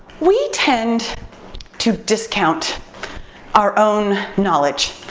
we tend to discount our own knowledge.